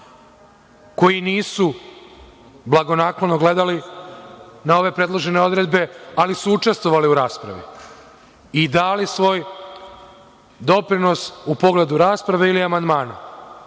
koji nisu blagonaklono gledali na ove predložene odredbe, ali su učestvovali u raspravi i dali svoj doprinos u pogledu rasprave ili amandmana. Ne